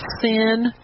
sin